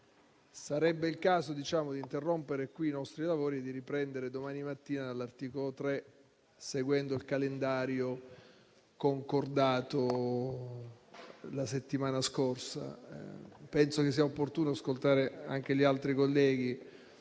sarebbe il caso di interrompere qui i nostri lavori e riprendere domani mattina dall'articolo 3, seguendo il calendario concordato la settimana scorsa. Penso sia opportuno ascoltare anche gli altri colleghi,